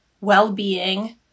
well-being